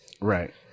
right